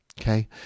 Okay